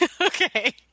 Okay